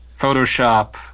Photoshop